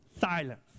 Silence